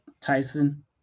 Tyson